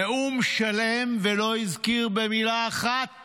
נאום שלם, ולא הזכיר במילה אחת